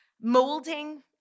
molding